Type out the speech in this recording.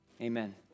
amen